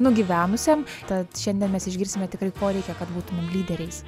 nugyvenusiam tad šiandien mes išgirsime tikrai ko reikia kad būtumėm lyderiais